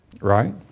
Right